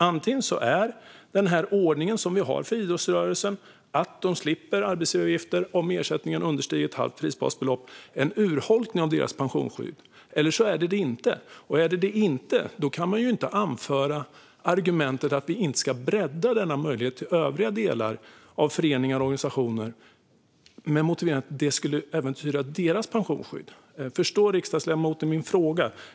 Antingen är den ordning som vi har för idrottsrörelsen - att de slipper arbetsgivaravgifter om ersättningen understiger ett halvt prisbasbelopp - en urholkning av deras pensionsskydd eller så det inte det. Om det inte är det kan man ju inte anföra argumentet att vi inte ska bredda denna möjlighet till övriga delar av föreningar och organisationer med motiveringen att det skulle äventyra deras pensionsskydd. Förstår riksdagsledamoten min fråga?